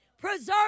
preserve